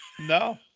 No